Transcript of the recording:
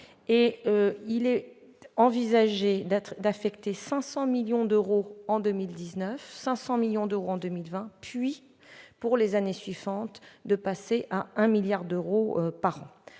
il est envisagé d'affecter 500 millions d'euros en 2019, 500 millions d'euros en 2020, puis, pour les années suivantes, de passer à 1 milliard d'euros par an.